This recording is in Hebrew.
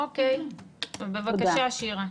אוקיי, בבקשה, שירה.